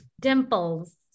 Dimples